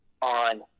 on